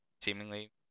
seemingly